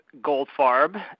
Goldfarb